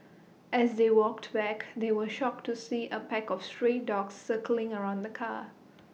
as they walked back they were shocked to see A pack of stray dogs circling around the car